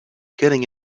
getting